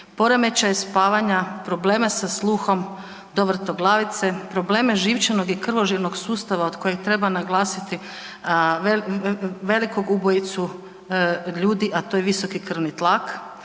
poremećaj spavanja, probleme sa sluhom do vrtoglavice, probleme živčanog i krvožilnog sustava od kojeg treba naglasiti velikog ubojicu ljudi, a to je visoki krvni tlak.